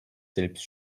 selbst